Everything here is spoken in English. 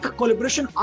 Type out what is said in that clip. collaboration